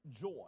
joy